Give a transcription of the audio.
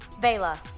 Vela